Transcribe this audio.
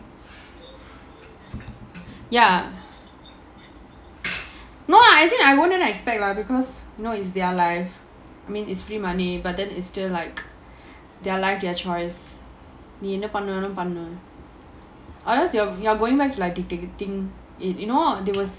ya no lah as in I wouldn't expect lah because you know is their life I mean it's free money but then is still like their life their choice you know நீ என்ன பண்ணணுமோ பண்ணு:nee enna pannanumo pannu unless you have you're going back like depicting it you know there was